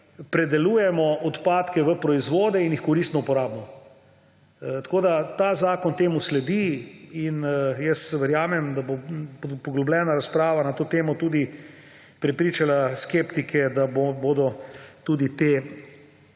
predelujemo odpadke v proizvode in jih koristno uporabimo. Ta zakon temu sledi in verjamem, da bo poglobljena razprava na to temo tudi prepričala skeptike, da bodo tudi te